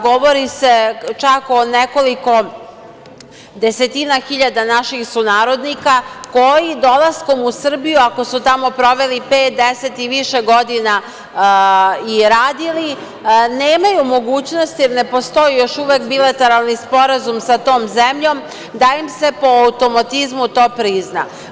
Govori se čak o nekoliko desetina hiljada naših sunarodnika, koji dolaskom u Srbiju, ako su tamo proveli pet, 10 i više godina i radili, nemaju mogućnost jer ne postoji još uvek bilateralni sporazum sa tom zemljom da im se po automatizmu to prizna.